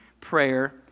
prayer